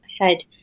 head